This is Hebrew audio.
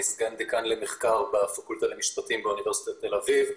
אני סגן דיקן למחקר בפקולטה למשפטים באוניברסיטת תל אביב.